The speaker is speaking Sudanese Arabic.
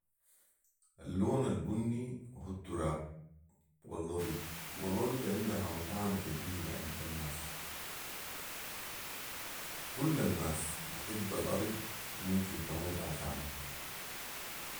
اللون البني هو التراب والارض والارض عندها مكانه كبيره عند الناس كل الناس بتحب الارض وممكن تموت عشانها